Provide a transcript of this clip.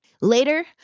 later